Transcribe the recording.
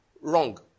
wrong